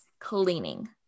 cleaning